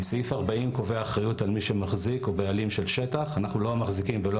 הגורם האמון במדינת ישראל על שיפויים וביטוחים